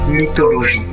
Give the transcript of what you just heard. Mythologie